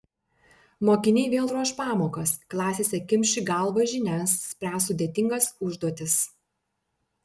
mokiniai vėl ruoš pamokas klasėse kimš į galvą žinias spręs sudėtingas užduotis